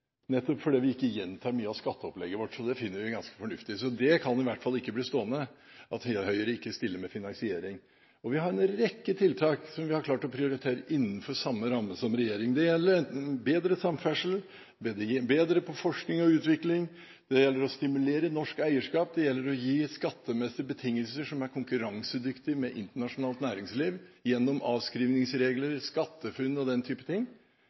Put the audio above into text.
nettopp fordi vi ikke gjentar mye av skatteopplegget vårt – det finner vi ganske fornuftig. Det kan i hvert fall ikke bli stående at Høyre ikke stiller med finansiering. Vi har en rekke tiltak som vi har klart å prioritere innenfor samme ramme som regjeringen. Det gjelder bl.a. bedre samferdsel, forskning og utvikling, det gjelder å stimulere norsk eierskap, og det gjelder å gi skattemessige betingelser som er konkurransedyktige med internasjonalt næringsliv gjennom avskrivningsregler, SkatteFUNN og den type ting.